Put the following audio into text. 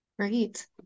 Great